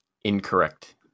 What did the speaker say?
Incorrect